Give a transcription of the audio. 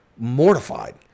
mortified